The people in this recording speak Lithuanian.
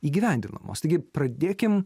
įgyvendinamos taigi pradėkim